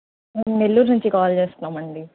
మేము నెల్లూరు నుంచి కాల్ చేస్తున్నామండి